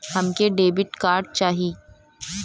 हमके debit card चाही?